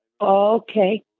Okay